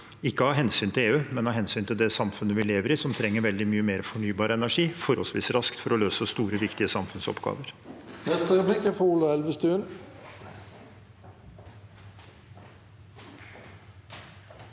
ikke av hensyn til EU, men av hensyn til det samfunnet vi lever i, som trenger veldig mye mer fornybar energi forholdsvis raskt, for å løse store, viktige samfunnsoppgaver.